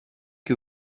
que